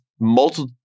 multiple